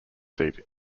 seat